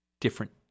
different